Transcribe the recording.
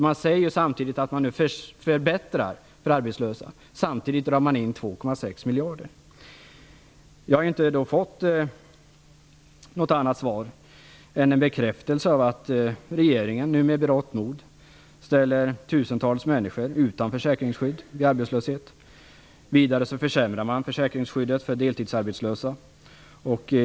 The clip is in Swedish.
Man säger ju att man nu förbättrar för arbetslösa samtidigt som man drar in Jag har inte fått något annat svar än en bekräftelse på att regeringen nu med berått mod ställer tusentals människor utanför försäkringsskydd vid arbetslöshet. Vidare försämrar man försäkringsskyddet för deltidsarbetslösa.